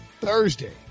Thursday